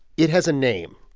it has a name.